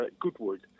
Goodwood